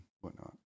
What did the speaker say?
whatnot